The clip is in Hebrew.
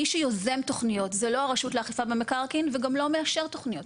מי שיוזם תוכניות זו לא הרשות לאכיפה במקרקעין וגם לא מאשר תוכניות,